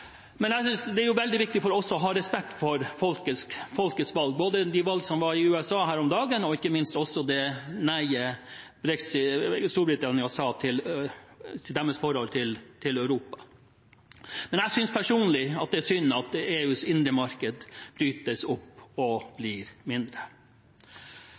det. Det er veldig viktig for oss å ha respekt for folkets valg, både valget i USA her om dagen og ikke minst Storbritannias nei til EU. Jeg synes personlig det er synd at EUs indre marked brytes opp og